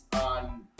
on